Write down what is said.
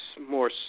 more